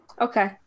Okay